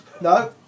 No